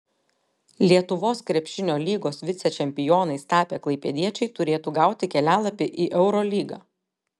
lietuvos krepšinio lygos vicečempionais tapę klaipėdiečiai turėtų gauti kelialapį į eurolygą